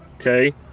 okay